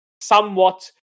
somewhat